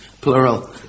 plural